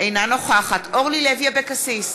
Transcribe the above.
אינה נוכחת אורלי לוי אבקסיס,